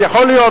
אז יכול להיות,